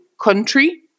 country